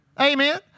Amen